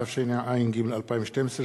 התשע"ג 2012,